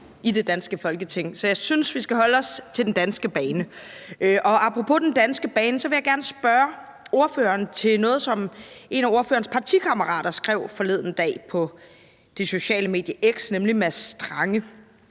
i det danske Folketing. Så jeg synes, vi skal holde os til den danske bane. Og apropos den danske bane vil jeg gerne spørge ordføreren om noget, som en af ordførerens partikammerater skrev forleden dag på det sociale medie X, nemlig Mads Strange.